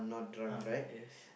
ah yes